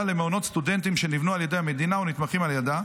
למעונות סטודנטים שנבנו על ידי המדינה ונתמכים על ידה,